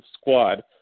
squad